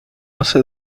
hace